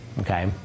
okay